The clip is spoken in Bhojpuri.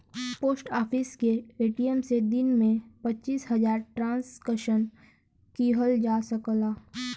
पोस्ट ऑफिस के ए.टी.एम से दिन में पचीस हजार ट्रांसक्शन किहल जा सकला